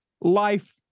life